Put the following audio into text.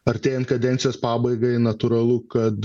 artėjant kadencijos pabaigai natūralu kad